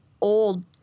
old